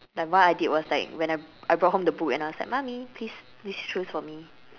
like what I did was like when I I brought home the book and I was like mummy please please choose for me